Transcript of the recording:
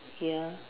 ya